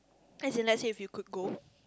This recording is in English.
as in let's say if you could go